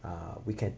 uh we can